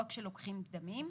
או כשלוקחים דמים,